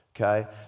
okay